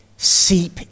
seep